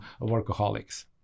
workaholics